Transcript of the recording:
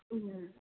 ꯎꯝ